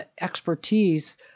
expertise